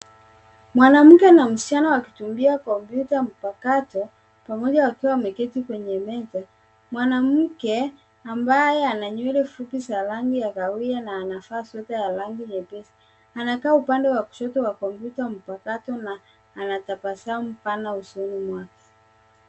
Mwanamke na msichana wakitumia komputa mpakato pamoja wakiwa wameketi kwenye meza . Mwanamke ambaye ana nywele fupi za rangi ya kahawia na anavaa sweta ya rangi nyepesi anakaa upande wa kushoto wa komputa mpakato na ana tabasamu pana usoni mwake.